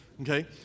Okay